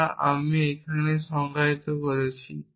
যা আমি এখানে সংজ্ঞায়িত আছে